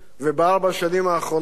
ובארבע השנים האחרונות